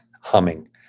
humming